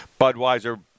Budweiser